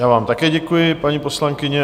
Já vám také děkuji, paní poslankyně.